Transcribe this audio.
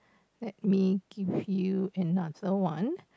let me give you another one